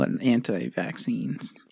Anti-vaccines